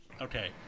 Okay